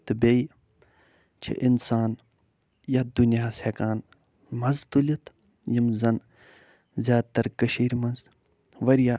تہٕ بیٚیہِ چھِ اِنسان یتھ دُنیاہس ہٮ۪کان مزٕ تُلِتھ یِم زن زیادٕ تر کٔشیٖرِ منٛز وارِیاہ